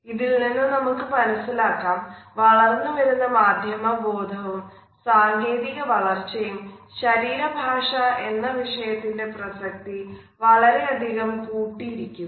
ഇതിൽ നിന്നും നമുക്ക് മനസ്സിലാക്കാം വളർന്നു വരുന്ന മാധ്യമ ബോധവും സാങ്കേതിക വളർച്ചയും ശരീര ഭാഷ എന്ന വിഷയത്തിന്റെ പ്രസക്തി വളരെയധികം കൂട്ടിയിരിക്കുന്നു